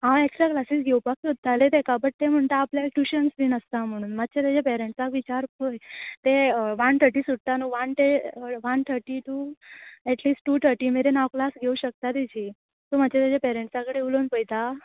हांव extra classes घेवपाक सोदतालें ताका बट तें म्हणटा आपल्याक ट्युशंस बीन आसता म्हणून मात्शें तेज्या पॅरणसाक विचार पळय तें वन थटी सुट्टा न्हू वन ते वन थटी टू एटलीस टू थटी मेरेन हांव क्लास घेवं शकता तेजी सो मात्शें तेजे पॅरणसां कडेन उलोवन पळयता